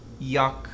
yuck